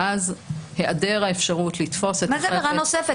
אז היעדר האפשרות לתפוס --- מה זאת עבירה נוספת?